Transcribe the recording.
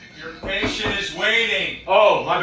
patient is waiting. oh,